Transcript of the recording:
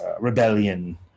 rebellion